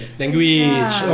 language